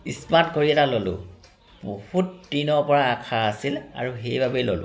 smart ঘড়ী এটা ল'লোঁ বহুতদিনৰ পৰা আশা আছিল আৰু সেইবাবেই ল'লোঁ